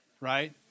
right